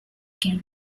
career